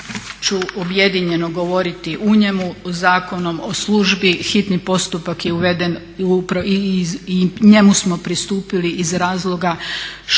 ću objedinjeno govoriti u njemu, Zakonom o službi, hitni postupak je uveden i njemu smo pristupili iz razloga što